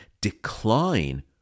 decline